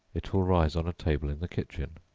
it will rise on a table in the kitchen.